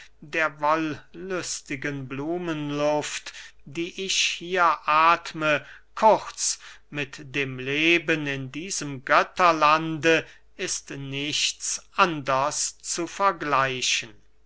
der wollüstigen blumenluft die ich hier athme kurz mit dem leben in diesem götterlande ist nichts anders zu vergleichen